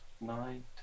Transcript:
nine